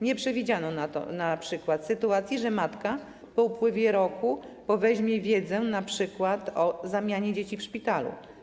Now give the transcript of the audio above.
Nie przewidziano np. sytuacji, że matka po upływie roku poweźmie wiedzę np. o zamianie dzieci w szpitalu.